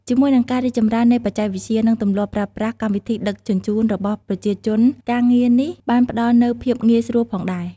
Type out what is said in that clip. ជាមួយនឹងការរីកចម្រើននៃបច្ចេកវិទ្យា និងទម្លាប់ប្រើប្រាស់កម្មវិធីដឹកជញ្ជូនរបស់ប្រជាជន ការងារនេះបានផ្តល់នូវភាពងាយស្រួលផងដែរ។